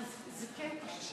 אדוני כבוד היושב-ראש,